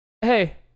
Hey